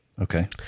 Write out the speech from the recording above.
Okay